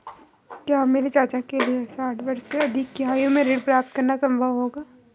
क्या मेरे चाचा के लिए साठ वर्ष से अधिक की आयु में ऋण प्राप्त करना संभव होगा?